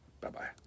Bye-bye